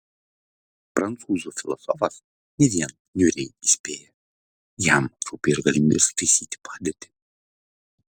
prancūzų filosofas ne vien niūriai įspėja jam rūpi ir galimybės taisyti padėtį